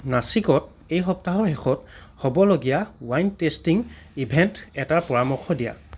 নাচিকত এই সপ্তাহৰ শেষত হ'বলগীয়া ৱাইন টেষ্টিং ইভেণ্ট এটাৰ পৰামৰ্শ দিয়া